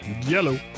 Yellow